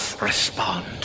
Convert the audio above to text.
Respond